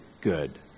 good